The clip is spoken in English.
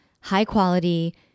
high-quality